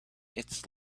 its